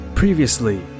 Previously